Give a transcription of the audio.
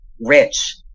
rich